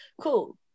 cool